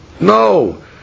No